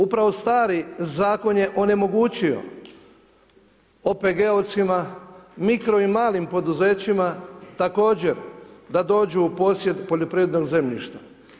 Upravo stari zakon je onemogućio OPG-ovcima, mikro i malim poduzećima također da dođu u posjed poljoprivrednog zemljišta.